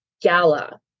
gala